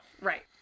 Right